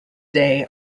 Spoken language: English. day